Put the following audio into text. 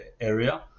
area